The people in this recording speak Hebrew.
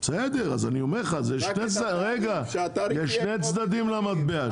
אני אומר לך שיש שני צדדים למטבע.